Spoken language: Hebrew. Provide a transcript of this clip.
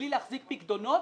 בלי להחזיק פיקדונות,